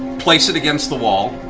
place it against the wall,